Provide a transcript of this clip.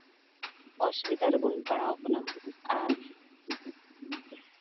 ᱚᱥᱩᱵᱤᱫᱷᱟ ᱨᱮᱵᱚᱱ ᱯᱟᱲᱟᱣ ᱠᱟᱱᱟ ᱟᱨ